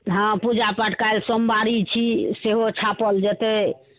हँ पूजा पाठ काल्हि सोमवारी छी सेहो छापल जेतै